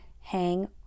hang